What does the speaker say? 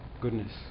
goodness